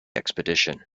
expedition